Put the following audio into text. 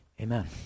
Amen